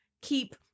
keep